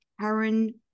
Karen